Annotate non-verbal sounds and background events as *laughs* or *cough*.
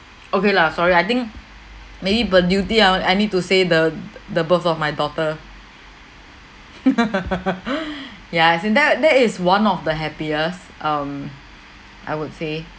okay lah sorry I think maybe per duty I w~ I need to say the the birth of my daughter *laughs* *breath* ya see that that is one of the happiest um I would say